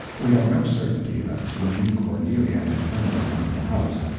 we have no certainty that she knew cornelia had turned him out of the house.